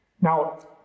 Now